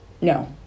No